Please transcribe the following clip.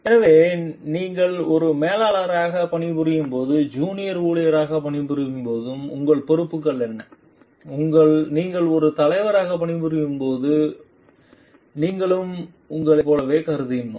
எனவே நீங்கள் ஒரு மேலாளராக பணிபுரியும் போது ஜூனியர் ஊழியராக பணிபுரியும் போது உங்கள் பொறுப்புகள் என்ன நீங்கள் ஒரு தலைவராக பணிபுரியும் போது நீங்களும் உங்களைப் போலவே கருதினோம்